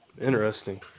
interesting